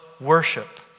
worship